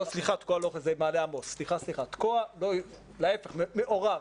לא, סליחה, זה מעלה עמוס, להיפך, תקוע מעורב,